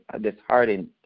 disheartened